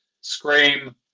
Scream